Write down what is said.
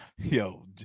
Yo